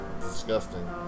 disgusting